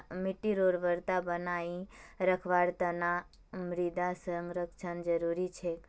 मिट्टीर उर्वरता बनई रखवार तना मृदा संरक्षण जरुरी छेक